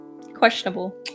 questionable